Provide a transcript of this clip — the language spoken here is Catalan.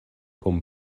com